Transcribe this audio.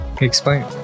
explain